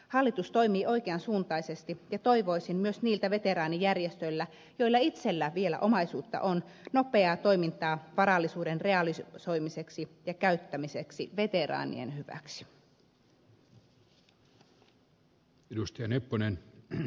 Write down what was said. hallitus toimii oikean suuntaisesti ja toivoisin myös niiltä veteraanijärjestöiltä joilla itsellä vielä omaisuutta on nopeaa toimintaa varallisuuden realisoimiseksi ja käyttämiseksi veteraanien hyväksi